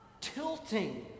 tilting